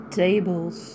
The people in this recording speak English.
tables